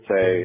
say